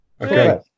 Okay